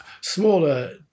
smaller